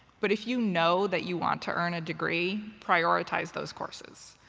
but if you know that you want to earn a degree, prioritize those courses.